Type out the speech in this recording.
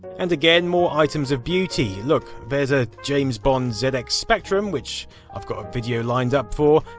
and again, more items of beauty. look there's a james bond zx spectrum, which i've got a video lined up for,